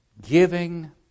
Giving